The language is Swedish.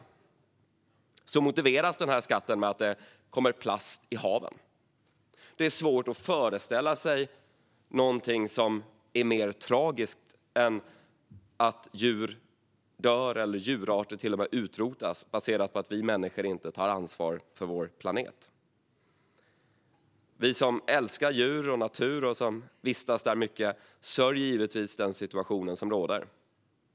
Skatten motiveras av att det kommer plast i haven. Det är svårt att föreställa sig något som är mer tragiskt än att djur dör eller att djurarter till och med utrotas på grund av att vi människor inte tar ansvar för vår planet. Vi som älskar djur och natur och som vistas mycket i naturen sörjer givetvis den situation som råder.